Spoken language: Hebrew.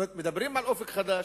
כלומר מדברים על "אופק חדש",